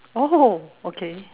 oh okay